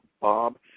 Bob